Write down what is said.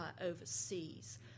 overseas